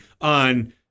on